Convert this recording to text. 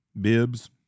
Bibs